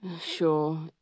sure